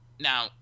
Now